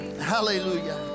Hallelujah